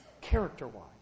character-wise